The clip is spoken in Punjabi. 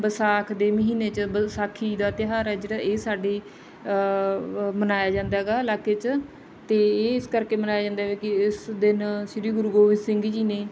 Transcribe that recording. ਵੈਸਾਖ ਦੇ ਮਹੀਨੇ 'ਚ ਵਿਸਾਖੀ ਦਾ ਤਿਉਹਾਰ ਹੈ ਜਿਹੜਾ ਇਹ ਸਾਡੇ ਮਨਾਇਆ ਜਾਂਦਾ ਹੈਗਾ ਇਲਾਕੇ 'ਚ ਅਤੇ ਇਹ ਇਸ ਕਰਕੇ ਮਨਾਇਆ ਜਾਂਦਾ ਕਿ ਇਸ ਦਿਨ ਸ਼੍ਰੀ ਗੁਰੂ ਗੋਬਿੰਦ ਸਿੰਘ ਜੀ ਨੇ